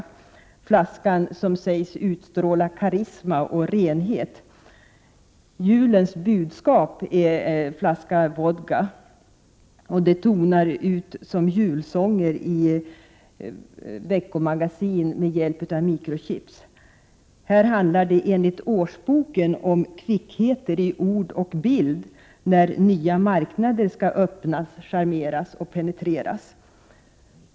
Det är flaskan som sägs utstråla karisma och symbolisera renhet. Julens budskap är en flaska vodka. Det tonar ut som julsånger i veckomagasin med hjälp av mikrochips. Här handlar det enligt årsboken om ”kvickheter i ord och bild” när ”nya marknader” skall öppnas, charmeras och penetreras”.